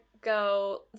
go